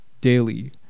daily